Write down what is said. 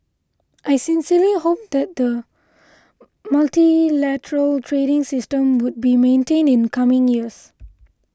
I sincerely hope that the multilateral trading system would be maintained in coming years